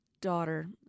daughter